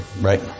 right